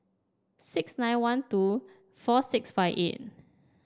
six nine one two four six five eight